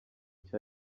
cya